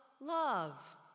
love